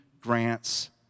grants